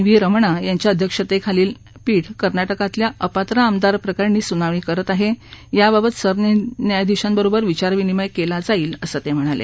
we Ramana यांच्या अध्यक्षतेखाली पीठ कर्नाटकमधल्या अपात्र आमदार प्रकरणी सुनावणी करत आहे याबाबत सरन्यायाधिशांबरोबर विचार विनिमय केला जाईल असं ते म्हणाले